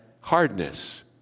hardness